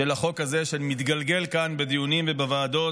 החוק הזה מתגלגל כאן בדיונים ובוועדות,